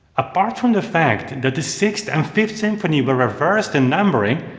apart from the fact that the sixth and fifth symphony were reversed in numbering,